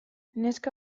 neska